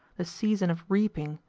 the season of reaping,